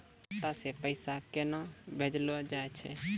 खाता से पैसा केना भेजलो जाय छै?